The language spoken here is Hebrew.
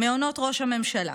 מעונות ראש הממשלה,